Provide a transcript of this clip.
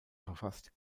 verfasst